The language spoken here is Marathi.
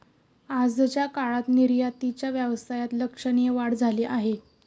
आजच्या काळात निर्यातीच्या व्यवसायात लक्षणीय वाढ झाली आहे